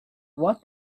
what